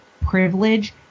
privilege